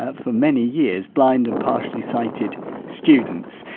ah for many years, blind and partially sighted students.